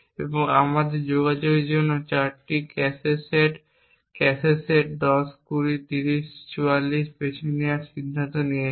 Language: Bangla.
এবং আমরা আমাদের যোগাযোগের জন্য এই 4টি ক্যাশে সেট ক্যাশে সেট 10 20 30 এবং 44 বেছে নেওয়ার সিদ্ধান্ত নিয়েছি